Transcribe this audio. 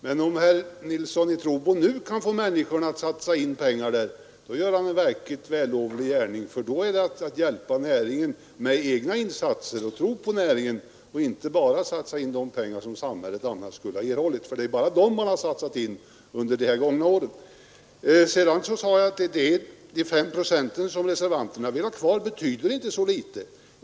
Men om herr Nilsson i Trobro nu kan få människorna att satsa pengar där, då gör han en verkligt vällovlig gärning, för då gäller det att hjälpa näringen med egna insatser, att tro på näringen och inte bara satsa de pengar som samhället annars skulle ha erhållit — det är nämligen bara dem som man har satsat under de här gångna åren. Sedan sade jag att de 5 procent som reservanterna vill ha kvar betyder inte så litet.